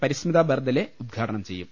പരി സ്മിത ബർദലേ ഉദ്ഘാടനം ചെയ്യും